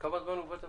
כמה זמן הוא בתפקיד?